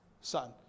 Son